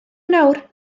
nawr